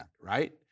right